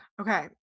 Okay